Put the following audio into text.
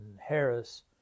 Harris